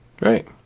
Right